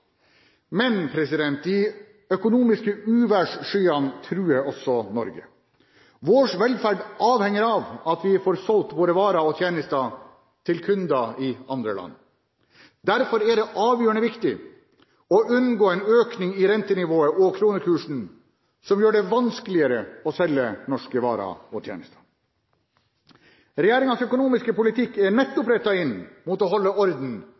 Men de økonomiske uværsskyene truer også Norge. Vår velferd avhenger av at vi får solgt våre varer og tjenester til kunder i andre land. Derfor er det avgjørende viktig å unngå en økning i rentenivået og kronekursen som gjør det vanskeligere å selge norske varer og tjenester. Regjeringens økonomiske politikk er nettopp rettet inn mot å holde orden